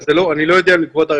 אני לא יודע לקבוע תאריך,